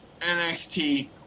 NXT